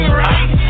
right